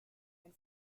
and